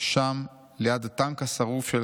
שם ליד הטנק השרוף של